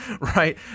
right